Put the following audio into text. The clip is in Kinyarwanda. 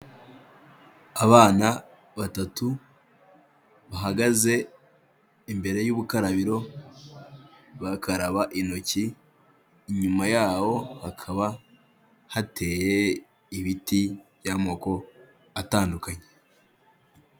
Abana batatu bahagaze imbere y'ubukarabiro bakaraba intoki, inyuma yaho hakaba hateye ibiti by'amoko atandukanye.